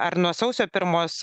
ar nuo sausio pirmos